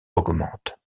augmente